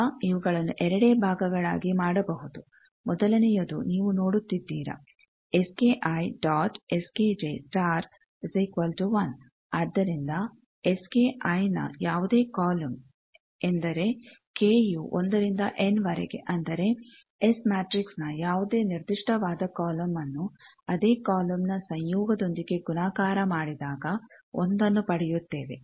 ಈಗ ಇವುಗಳನ್ನು ಎರಡೇ ಭಾಗಗಳಾಗಿ ಮಾಡಬಹುದು ಮೊದಲನೆಯದು ನೀವು ನೋಡುತ್ತಿದ್ದೀರ ಆದ್ದರಿಂದ ನ ಯಾವುದೇ ಕಾಲಮ್ ಎಂದರೆ ಕೆ ಯು ಒಂದರಿಂದ ಎನ್ ವರೆಗೆ ಅಂದರೆ ಎಸ್ ಮ್ಯಾಟಿಕ್ಸ್ನ ಯಾವುದೇ ನಿರ್ದಿಷ್ಟವಾದ ಕಾಲಮ್ನ್ನು ಅದೇ ಕಾಲಮ್ನ ಸಂಯೋಗದೊಂದಿಗೆ ಗುಣಾಕಾರ ಮಾಡಿದಾಗ ಒಂದನ್ನು ಪಡೆಯುತ್ತೇವೆ